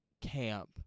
camp